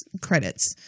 credits